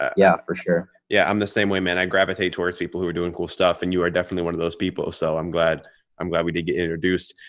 yeah yeah, for sure. yeah, i'm the same way man. i gravitate towards people who are doing cool stuff and you are definitely one of those people. so i'm glad i'm glad we did get introduced.